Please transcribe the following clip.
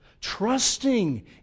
trusting